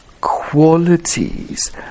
qualities